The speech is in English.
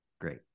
Great